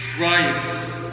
Riots